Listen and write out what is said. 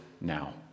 now